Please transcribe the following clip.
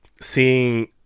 seeing